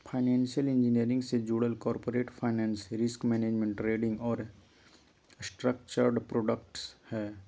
financial engineering से जुडल corporate finance, risk management, trading और स्ट्रक्चर्ड प्रॉडक्ट्स हय